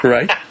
Right